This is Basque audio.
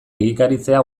egikaritzea